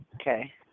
okay